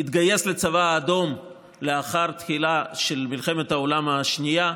התגייס לצבא האדום לאחר תחילת מלחמת העולם השנייה,